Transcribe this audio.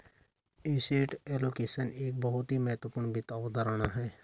asset allocation एक बहुत ही महत्वपूर्ण वित्त अवधारणा है